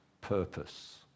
purpose